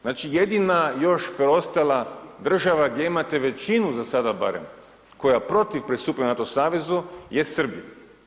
Znači jedina još preostala država, gdje imate većinu za sada barem koja je protiv pristupanja NATO savezu je Srbija.